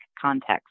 Context